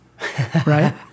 right